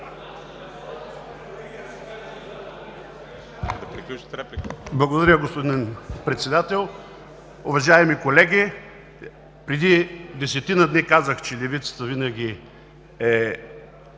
Благодаря, господин Председател. Уважаеми колеги, преди десетина дни казах, че левицата винаги е